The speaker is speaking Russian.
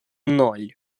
ноль